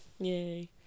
Yay